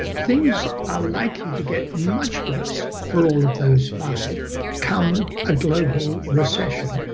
things are likely to get much worse for all of those five come a global recession,